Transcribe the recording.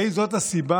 האם זאת הסיבה,